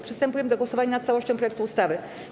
Przystępujemy do głosowania nad całością projektu ustawy.